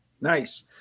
Nice